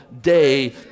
day